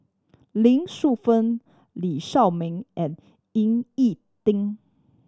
Lee Shu Fen Lee Shao Meng and Ying E Ding